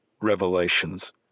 revelations